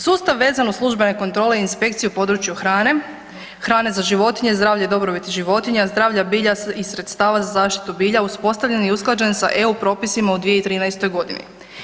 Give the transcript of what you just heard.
Sustav vezan uz službene kontrole i inspekciju na području hrane, hrane za životinje i zdravlje i dobrobiti životinja, zdravlja, bilja i sredstava za zaštitu bilja uspostavljen i usklađen sa EU propisima u 2013.g.